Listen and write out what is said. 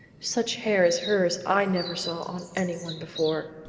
such hair as hers i never saw on anyone before.